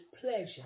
pleasure